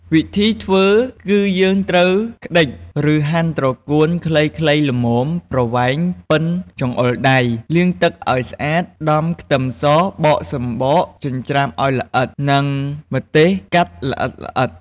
វិធីធ្វើ គឺយើងត្រូវក្ដិច ឬហាន់ត្រកួនខ្លីៗល្មម ប្រវែងប៉ុនចង្អុលដៃ លាងទឹកឲ្យស្អាត ដំខ្ទឹមស បកសំបកចិញ្ច្រាំឲ្យល្អិត និងម្ទេសកាត់ល្អិតៗ។